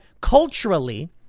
culturally